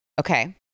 Okay